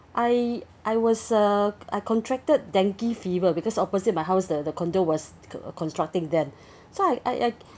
I I was uh I contracted dengue fever because opposite my house the the condo was uh constructing then so I I